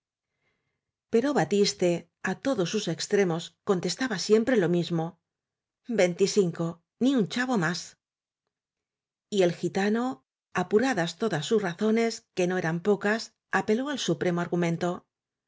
pero batiste á todos sus extremos contes taba siempre lo mismo ventisinco ni un chavo más y el gitano apuradas todas sus razones que no eran pocas apeló al supremo argumento